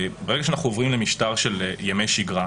ברגע שאנחנו עוברים למשטר של ימי שגרה,